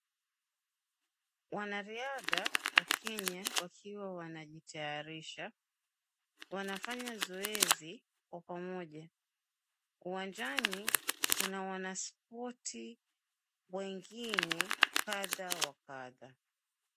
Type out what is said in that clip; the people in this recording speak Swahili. Wanariadha wa Kenya wakiwa wanajitayarisha wanafanya zoezi kwa pamoja. Uwanjani kuna wanaspoti wengine kadha wa kadha.